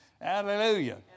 Hallelujah